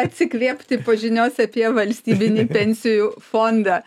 atsikvėpti po žinios apie valstybinį pensijų fondą